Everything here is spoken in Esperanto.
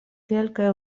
kelkaj